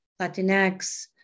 Latinx